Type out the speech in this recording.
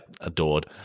adored